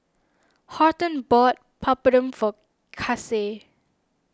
Horton bought Papadum for Case